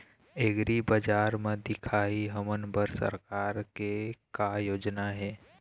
एग्रीबजार म दिखाही हमन बर सरकार के का योजना हे?